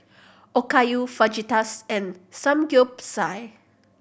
Okayu Fajitas and Samgyeopsal